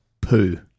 Poo